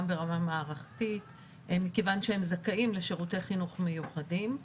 גם ברמה מערכתית מכיוון שהם זכאים לשירותי חינוך מיוחדים.